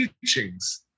teachings